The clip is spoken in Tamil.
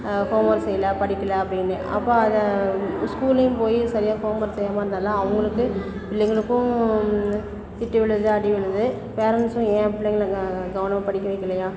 ஹோம் ஒர்க் செய்யல படிக்கலை அப்படின்னு அப்போ அது ஸ்கூல்லேயும் போய் சரியாக ஹோம் ஒர்க் செய்யாமல் வந்ததால் அவங்களுக்கு பிள்ளைகளுக்கும் திட்டு விழுது அடி விழுது பேரண்ட்ஸும் ஏன் பிள்ளைங்களை கவனமாக படிக்க வைக்கலையா